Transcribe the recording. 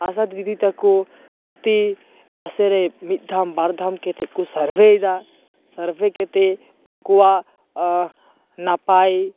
ᱟᱥᱟ ᱫᱤᱫᱤ ᱛᱟᱠᱚ ᱯᱨᱚᱛᱤ ᱢᱟᱥᱮ ᱨᱮ ᱢᱤᱫ ᱫᱷᱟᱢ ᱵᱟᱨ ᱫᱷᱟᱢ ᱠᱟᱛᱮ ᱠᱚ ᱥᱟᱨᱵᱷᱮᱭᱮᱫᱟ ᱥᱟᱨᱵᱷᱮ ᱠᱟᱛᱮᱫ ᱩᱱᱠᱩᱣᱟᱜ ᱱᱟᱯᱟᱭ